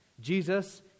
Jesus